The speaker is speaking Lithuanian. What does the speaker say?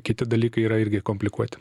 kiti dalykai yra irgi komplikuoti